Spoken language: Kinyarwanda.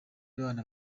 bana